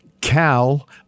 Cal